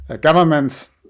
governments